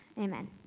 Amen